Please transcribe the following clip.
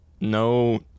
no